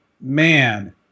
man